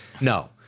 no